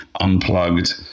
unplugged